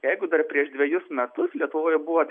jeigu dar prieš dvejus metus lietuvoje buvo